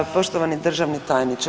Poštovani državni tajniče.